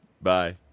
Bye